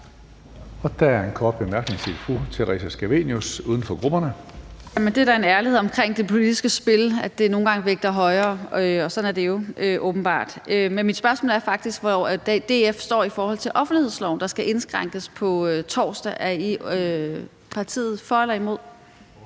Der er en kort bemærkning til fru Theresa Scavenius, uden for grupperne. Kl. 14:26 Theresa Scavenius (UFG): Det er da en ærlighed omkring det politiske spil, at det nogle gange vægter højere, og sådan er det jo åbenbart. Men mit spørgsmål er faktisk, hvor DF står i forhold til offentlighedsloven, der skal indskrænkes på torsdag. Er partiet for eller imod